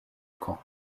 camp